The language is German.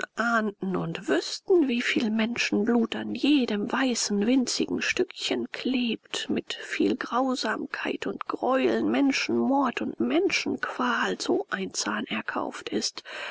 ahnten und wüßten wie viel menschenblut an jedem weißen winzigen stückchen klebt mit viel grausamkeit und greuel menschenmord und menschenqual so ein zahn erkauft ist